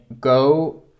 go